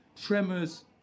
tremors